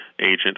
agent